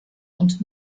und